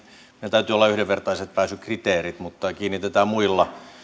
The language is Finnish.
täytyy olla yhdenvertaiset pääsykriteerit mutta kiinnitetään mahdollisilla